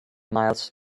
miles